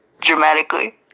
dramatically